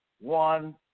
one